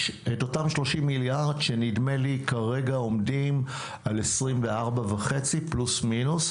יש אותם 30 מיליארד שנדמה לי שכרגע עומדים על 24.5 פלוס-מינוס,